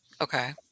Okay